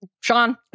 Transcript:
Sean